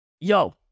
Yo